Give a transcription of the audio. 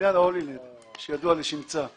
הידוע לשמצה ולידו.